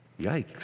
yikes